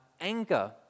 anger